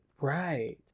Right